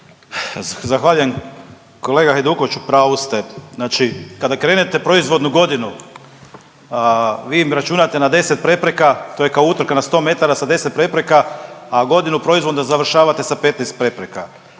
Zahvaljujem. Kolega Hajduković u pravu ste, znači kada krenete proizvodnu godinu vi im računate na 10 prepreka to je kao utrka na 100m sa 10 prepreka, a godinu proizvodnu završavate sa 15 prepreka.